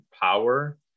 power